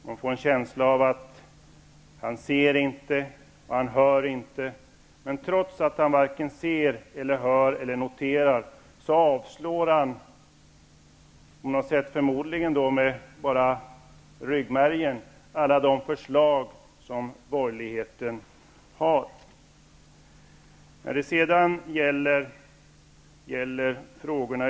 Man får en känsla av att han inte ser och inte hör, men trots att han varken ser eller hör eller noterar någonting så avfärdar han -- förmodligen med bara ryggmärgen -- alla de förslag som borgerligheten för fram.